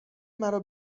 مرا